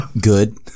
Good